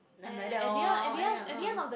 I'm like that lor and then uh